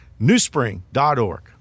newspring.org